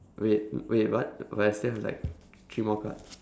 wait wait what but I still have like three more cards